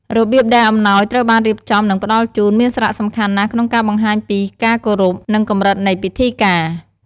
របៀបដែលអំណោយត្រូវបានរៀបចំ និងផ្តល់ជូន មានសារៈសំខាន់ណាស់ក្នុងការបង្ហាញពីការគោរព និងកម្រិតនៃពិធីការ។